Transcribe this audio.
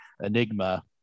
enigma